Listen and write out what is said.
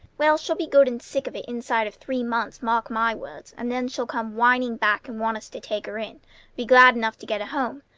well, she'll be good and sick of it inside of three months, mark my words and then she'll come whining back and want us to take her in be glad enough to get a home.